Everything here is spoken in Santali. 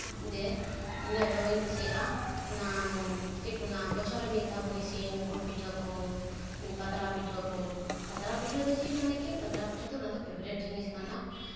ᱡᱮ ᱩᱱᱟᱹᱜ ᱫᱚ ᱵᱟᱹᱧ ᱠᱩᱥᱤᱭᱟᱜᱼᱟ ᱚᱱᱟ ᱪᱮᱫ ᱠᱚ ᱢᱮᱱᱟ ᱵᱚᱪᱷᱚᱨ ᱨᱮ ᱢᱤᱫ ᱫᱷᱟᱣ ᱵᱚᱱ ᱤᱥᱤᱱ ᱜᱩᱲ ᱯᱤᱴᱷᱟᱹ ᱠᱚ ᱯᱟᱛᱲᱟ ᱯᱤᱴᱷᱟᱹ ᱠᱚ ᱯᱟᱛᱲᱟ ᱯᱤᱴᱷᱟᱹ ᱫᱚ ᱪᱮᱫ ᱢᱟᱱᱮ ᱜᱮ ᱯᱟᱛᱲᱟ ᱯᱤᱴᱷᱟᱹ ᱫᱚ ᱚᱱᱟ ᱫᱚ ᱯᱷᱮᱵᱽᱨᱤᱴ ᱡᱤᱱᱤᱥ ᱠᱟᱱᱟ